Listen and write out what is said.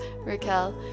Raquel